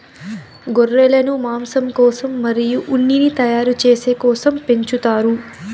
గొర్రెలను మాంసం కోసం మరియు ఉన్నిని తయారు చేసే కోసం పెంచుతారు